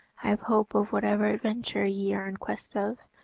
i have hope of whatever adventure ye are in quest of,